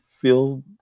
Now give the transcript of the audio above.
feel